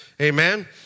Amen